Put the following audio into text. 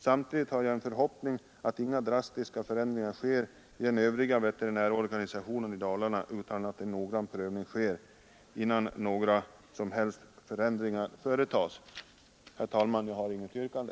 Samtidigt hyser jag en förhoppning att inga drastiska förändringar skall ske i den övriga veterinärorganisationen i Dalarna utan att en noggrann prövning görs innan några som helst förändringar företas. Herr talman! Jag har inget yrkande.